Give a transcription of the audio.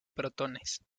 protones